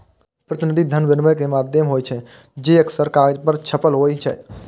प्रतिनिधि धन विनिमय के माध्यम होइ छै, जे अक्सर कागज पर छपल होइ छै